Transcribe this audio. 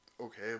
Okay